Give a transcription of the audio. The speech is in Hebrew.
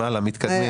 הלאה, מתקדמים.